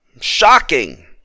shocking